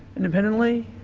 independently.